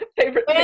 favorite